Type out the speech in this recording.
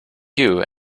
queue